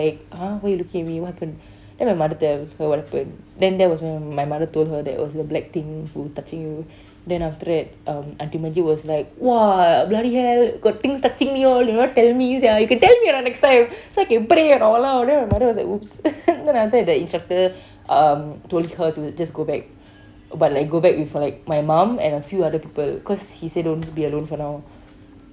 like !huh! why you looking at me what happen then my mother tell her what happen then that was when my mother told her that oh your black thing who touching you then after that um aunty manjeet was like !wah! bloody hell got things touching me all you never me sia you can tell me or not next time so like I can pray or not eh !walao! then my mother was like !oops! then after that the instructor um told her to just go back but like go back with her like my mom and a few other people cause he say don't be alone for now